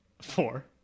Four